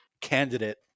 candidate